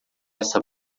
essa